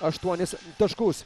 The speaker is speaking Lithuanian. aštuonis taškus